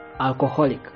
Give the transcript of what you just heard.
alcoholic